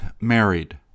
married